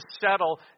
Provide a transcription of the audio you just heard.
settle